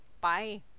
Bye